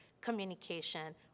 communication